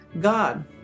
God